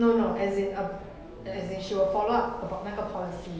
no no as in um as in she will follow up about 那个 policy